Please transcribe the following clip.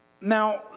Now